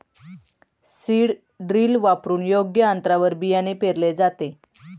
seed drill वापरून योग्य अंतरावर बियाणे पेरले जाते